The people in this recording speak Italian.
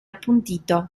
appuntito